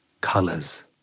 colors